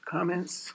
Comments